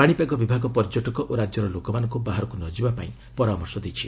ପାଶିପାଗ ବିଭାଗ ପର୍ଯ୍ୟଟକ ଓ ରାଜ୍ୟର ଲୋକମାନଙ୍କୁ ବାହାରକୁ ନ ଯିବାପାଇଁ ପରାମର୍ଶ ଦେଇଛି